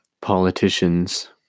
politicians